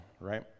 right